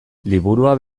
liburua